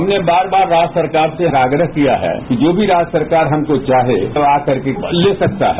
हमने बार बार राज्य सरकार से आग्रहकिया है कि जो भी राज्य सरकार हमसे चाहे आकर के ले सकता है